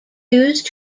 used